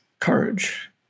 courage